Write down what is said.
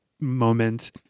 moment